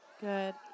Good